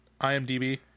imdb